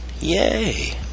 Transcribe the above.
Yay